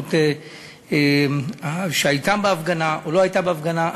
והאלימות שהייתה בהפגנה או לא הייתה בהפגנה,